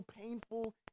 painful